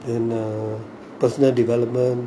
and ugh personal development